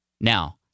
Now